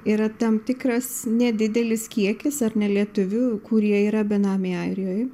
yra tam tikras nedidelis kiekis ar ne lietuvių kurie yra benamiai airijoj